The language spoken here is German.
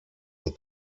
und